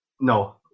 no